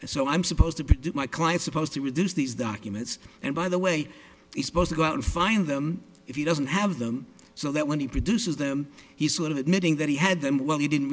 and so i'm supposed to protect my client supposed to reduce these documents and by the way he's supposed to go out and find them if he doesn't have them so that when he produces them he's sort of admitting that he had them well he didn't